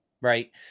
right